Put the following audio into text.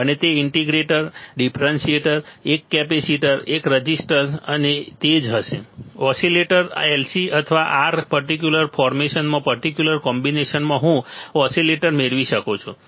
અને તે integrator differentiator એક કેપેસિટર એક રેઝિસ્ટર અને તે જ હશે ઓસિલેટર LC અથવા R પર્ટિક્યુલર ફોર્મેશનમાં પર્ટિક્યુલર કોમ્બિનેશનમાં હું ઓસિલેટર મેળવી શકું છું